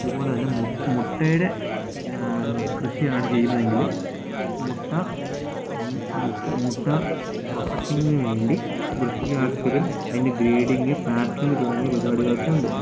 ഇതുപോലെ തന്നെ മു മുട്ടയുടെ കൃഷിയാണ് ചെയ്യുന്നതെങ്കിൽ മുട്ട ഉൺ വി മുട്ട പ്രോസസ്സിങ്ങിനു വേണ്ടി വൃത്തിയാക്കലും അതിന് ഗ്രേഡിങ് പാക്കിങ് തുടങ്ങിയ പരിപാടികളൊക്കെയുണ്ട്